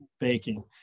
baking